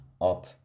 up